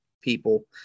people